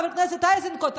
חבר הכנסת איזנקוט,